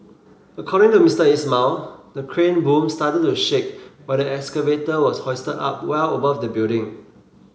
according to Mister Ismail the crane boom started to shake when the excavator was hoisted up well above the building